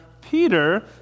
Peter